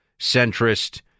centrist